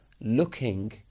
looking